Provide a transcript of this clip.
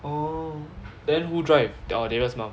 oh then who drive they or darius mum